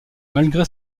malgré